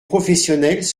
professionnels